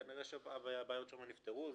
כנראה שהבעיות שם נפתרו.